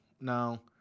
Now